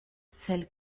celle